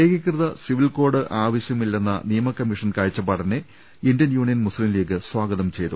ഏകീകൃത civil code ആവശൃമില്ലെന്ന നിയമകമ്മീഷൻ കാഴ്ചപ്പാടിനെ ഇന്ത്യൻ യൂണിയൻ മുസ്ലീം ലീഗ് സ്വാഗതം ചെയ്തു